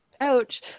ouch